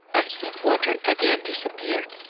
and sweetwater again disappeared,